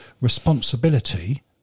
responsibility